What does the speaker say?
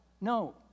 No